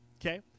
okay